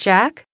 Jack